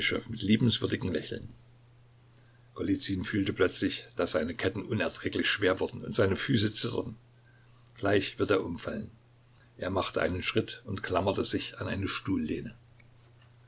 mit liebenswürdigem lächeln golizyn fühlte plötzlich daß seine ketten unerträglich schwer wurden und seine füße zitterten gleich wird er umfallen er machte einen schritt und klammerte sich an eine stuhllehne